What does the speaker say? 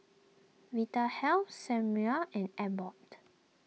Vitahealth and Abbott